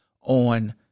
On